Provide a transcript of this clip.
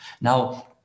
Now